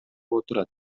отурат